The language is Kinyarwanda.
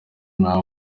nta